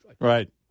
Right